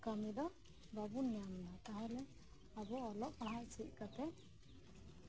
ᱠᱟᱹᱢᱤ ᱫᱚ ᱵᱟᱵᱚᱱ ᱢᱮᱱᱫᱟ ᱟᱵᱚ ᱚᱞᱚᱜ ᱯᱟᱲᱦᱟᱜ ᱪᱮᱫ ᱠᱟᱛᱮᱜ